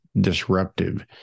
disruptive